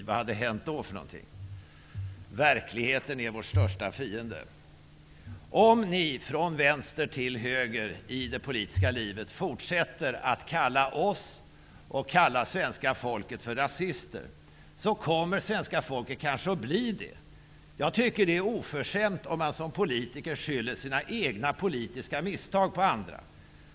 Vad hade då hänt? ''Verkligheten är vår största fiende.'' Om ni -- från vänster till höger i det politiska livet -- fortsätter att kalla oss och svenska folket för rasister, kommer svenska folket kanske att bli det. Jag tycker att det är oförskämt om man som politiker skyller sina egna politiska misstag på andra.